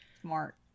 Smart